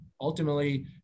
ultimately